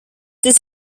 this